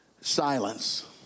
Silence